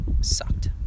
sucked